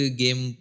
game